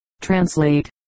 Translate